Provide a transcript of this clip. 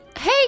hey